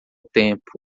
tempo